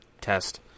test